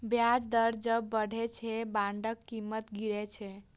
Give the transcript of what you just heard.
ब्याज दर जब बढ़ै छै, बांडक कीमत गिरै छै